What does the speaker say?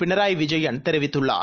பினராய் விஜயன் தெரிவித்துள்ளார்